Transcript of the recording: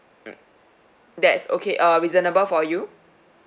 mm that's okay uh reasonable for you